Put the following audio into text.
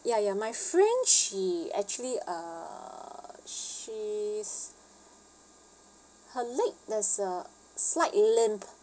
ya ya my friend she actually uh she's her leg there's a slight limp